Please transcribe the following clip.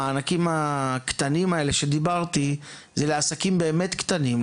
המענקים הקטנים האלה שדיברתי זה לעסקים באמת קטנים,